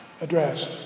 address